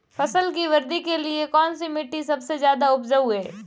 फसल की वृद्धि के लिए कौनसी मिट्टी सबसे ज्यादा उपजाऊ है?